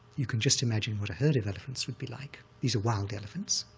you can just imagine what a herd of elephants would be like. these are wild elephants.